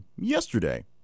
yesterday